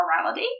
morality